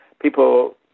people